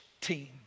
team